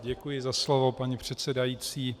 Děkuji za slovo, paní předsedající.